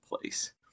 place